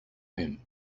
him